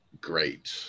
great